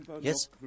Yes